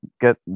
get